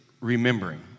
remembering